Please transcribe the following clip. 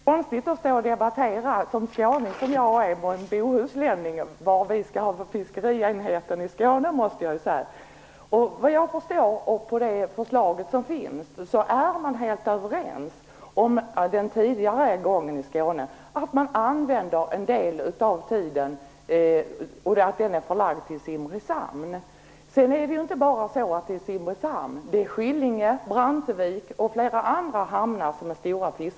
Herr talman! Jag måste säga att det känns litet konstigt för mig som skåning att med en bohuslänning debattera frågan om var vi skall förlägga fiskerienheten i Skåne. Vad jag förstår av förslaget är man helt överens om den tidigare arbetsgången i Skåne, nämligen att en del av tiden förläggs till Simrishamn. Det är inte bara Simrishamn som är en stor fiskehamn utan också Skillinge, Brantevik och flera andra.